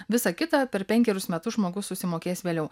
visa kita per penkerius metus žmogus susimokės vėliau